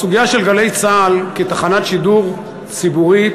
הסוגיה של "גלי צה"ל" כתחנת שידור ציבורית,